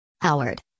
Howard